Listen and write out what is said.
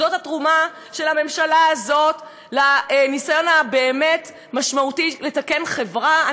זאת התרומה של הממשלה הזאת לניסיון הבאמת-משמעותי לתקן חברה?